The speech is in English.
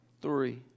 three